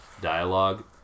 dialogue